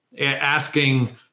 asking